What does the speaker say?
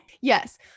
Yes